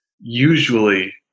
usually